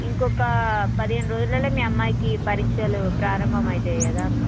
ఇంకొక పదిహేను రోజులలో మీ అమ్మాయికి పరీక్షలు ప్రారంభమవుతాయి కదా